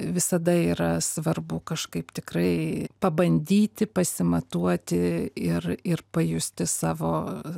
visada yra svarbu kažkaip tikrai pabandyti pasimatuoti ir ir pajusti savo